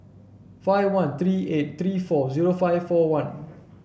five one three eight three four zero five four one